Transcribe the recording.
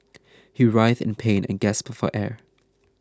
he writhed in pain and gasped for air